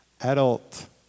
adult